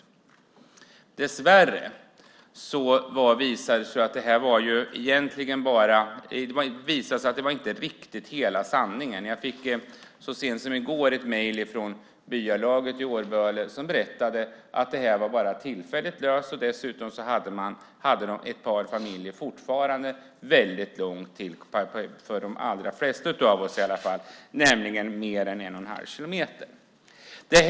Dessvärre visade det sig att det här egentligen inte var riktigt hela sanningen. Så sent som i går fick jag ett mejl från byalaget i Årböle som berättade att detta bara var tillfälligt löst. Dessutom hade ett par familjer fortfarande långt till postlådan, nämligen mer än en och en halv kilometer. Det är väldigt långt för de flesta av oss i alla fall.